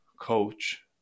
coach